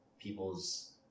people's